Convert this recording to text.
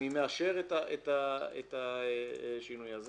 מי מאשר את השינוי הזה